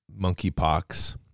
monkeypox